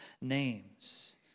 names